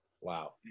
Wow